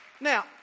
Now